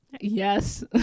Yes